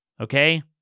Okay